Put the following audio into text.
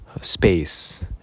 space